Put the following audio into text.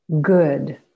good